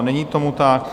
Není tomu tak.